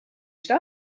stuff